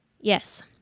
Yes